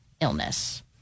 illness